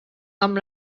amb